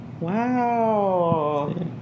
Wow